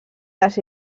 les